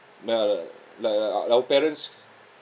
no lah like like our parents